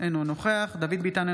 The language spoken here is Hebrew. אינו נוכח דוד ביטן,